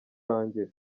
urangira